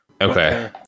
Okay